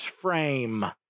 frame